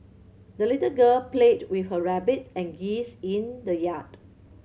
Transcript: the little girl played with her rabbit and geese in the yard